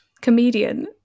Comedian